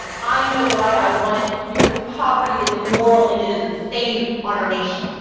i know why i want it, because poverty is immoral, and it is and a stain on our nation.